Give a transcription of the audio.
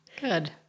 Good